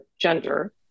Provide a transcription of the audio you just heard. gender